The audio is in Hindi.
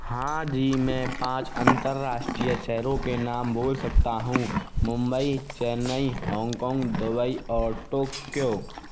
हाँ जी मैं पाँच अंतरराष्ट्रीय शहरों के नाम बोल सकता हूँ मुंबई चेन्नई हाेंगकाेंग दुबई और टोक्यो